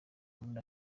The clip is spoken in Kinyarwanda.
muri